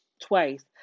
twice